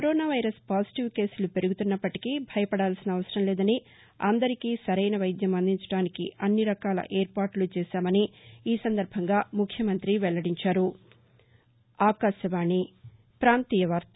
corona positive కేసులు పెరుగుతున్నప్పటికీ భయపడాల్సిన అవసరం లేదని అందరికీ సరైన వైద్యం అందించడానికి అన్నిరకాల ఏర్పాట్ల చేశామని ఈ సందర్భంగా ముఖ్యమంత్రి వెల్లడించారు